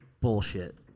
bullshit